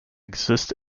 exist